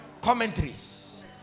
Commentaries